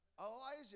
Elijah